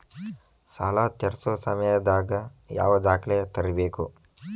ಸಾಲಾ ತೇರ್ಸೋ ಸಮಯದಾಗ ಯಾವ ದಾಖಲೆ ತರ್ಬೇಕು?